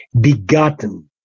Begotten